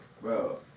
Bro